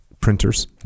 Printers